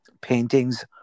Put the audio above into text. paintings